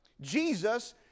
Jesus